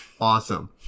Awesome